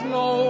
no